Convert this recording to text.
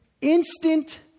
instant